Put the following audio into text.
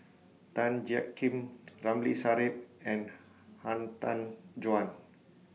Tan Jiak Kim Ramli Sarip and Han Tan Juan